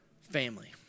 family